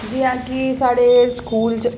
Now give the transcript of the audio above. जि'यां कि साढ़े स्कूल च